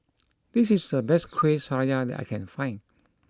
this is the best Kueh Syara that I can find